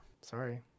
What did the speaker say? Sorry